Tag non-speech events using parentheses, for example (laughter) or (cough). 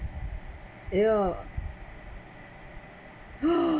yeah (breath)